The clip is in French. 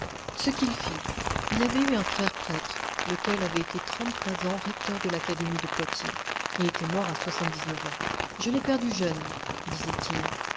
ce qu'il fit il avait eu un frère prêtre lequel avait été trente-trois ans recteur de l'académie de poitiers et était mort à soixante-dix-neuf ans je l'ai perdu jeune disait-il